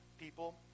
people